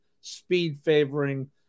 speed-favoring